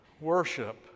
worship